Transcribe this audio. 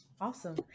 awesome